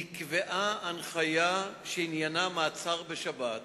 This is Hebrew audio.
נקבעה הנחיה שעניינה מעצר בשבת,